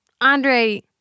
Andre